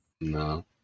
No